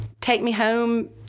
take-me-home